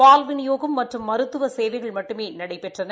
பால் விநியோகம் மற்றும் மருத்துவ சேவைகள் மட்டுமே நடைபெற்றன